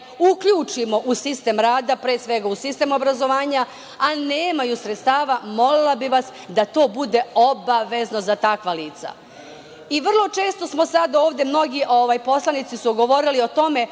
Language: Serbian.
uključimo u sistem rada, pre svega u sistem obrazovanja, ali nemaju sredstava. Molila bih vas da to bude obavezno za takva lica. Vrlo često smo sad ovde, mnogi poslanici su govorili o tome